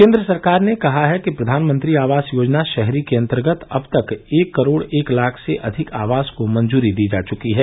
केन्द्र सरकार ने कहा है कि प्रधानमंत्री आवास योजना शहरी के अंतर्गत अब तक एक करोड एक लाख से भी अधिक आवास को मंजूरी दी जा चुकी है